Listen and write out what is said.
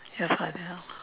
your father